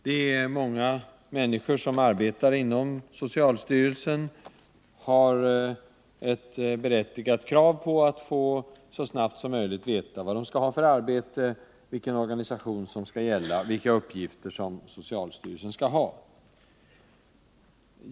De många människor som arbetar inom socialstyrelsen har ett berättigat krav på att så snabbt som möjligt få veta vad de skall ha för arbete, vilken organisation som skall gälla och vilka uppgifter socialstyrelsen skall ha.